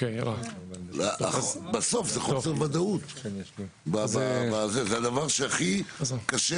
בסוף חוסר ודאות זה הדבר שהכי קשה